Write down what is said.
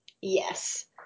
Yes